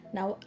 Now